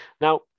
Now